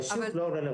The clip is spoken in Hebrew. זה פשוט לא רלוונטי.